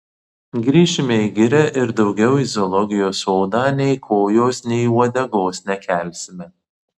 grįšime į girią ir daugiau į zoologijos sodą nei kojos nei uodegos nekelsime